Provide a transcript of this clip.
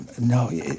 No